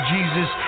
Jesus